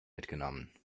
mitgenommen